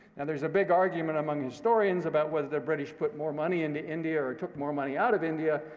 and there's a big argument among historians about whether the british put more money into india or took more money out of india,